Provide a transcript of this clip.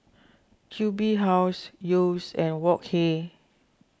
Q B House Yeo's and Wok Hey